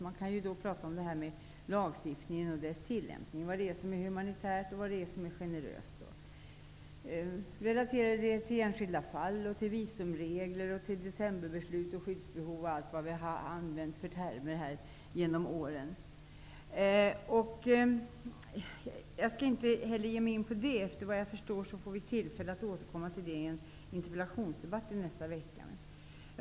Man kan t.ex. tala om lagstiftningen och dess tillämpning och vad det är som är humanitärt och generöst. Det kan relateras till enskilda fall, till visumregler, decemberbeslutet, skyddsbehov och andra termer som vi här har använt genom åren. Jag skall inte ge mig in på detta. Såvitt jag förstår får vi tillfälle att återkomma till dessa frågor vid interpellationsdebatten nästa vecka.